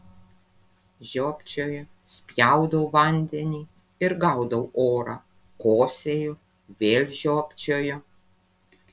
žiopčioju spjaudau vandenį ir gaudau orą kosėju vėl žiopčioju